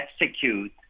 execute